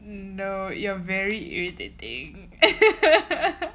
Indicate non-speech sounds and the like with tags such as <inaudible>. no you are very irritating <laughs>